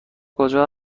کجا